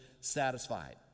satisfied